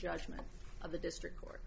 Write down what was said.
judgment of the district court